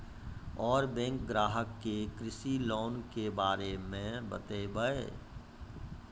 और बैंक ग्राहक के कृषि लोन के बारे मे बातेबे?